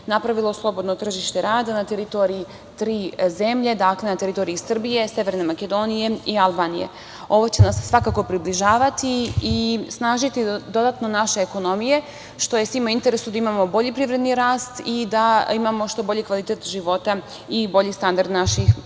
napravilo slobodno tržište rada na teritoriji tri zemlje, na teritoriji Srbije, Severne Makedonije i Albanije. Ovo će nas svakako približavati i snažiti dodatno naše ekonomije, što je svima u interesu, da imamo bolji privredni rast i da imamo što bolji kvalitet života i bolji standard naših građana. Ovo